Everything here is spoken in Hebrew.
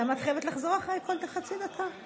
למה את חייבת לחזור אחריי כל חצי דקה?